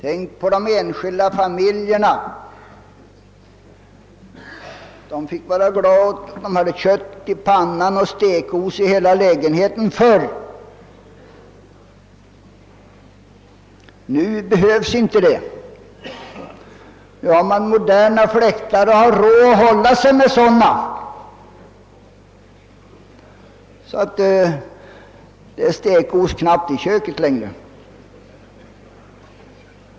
Tänk på de enskilda familjerna, som förr fick vara glada om de hade kött i pannan och stekos i hela lägenheten. Nu behöver de inte vara nöjda med sådana förhållanden. Det finns moderna fläktar och man har råd att hålla sig med sådana, så att det knappast är stekos ens i köket numera.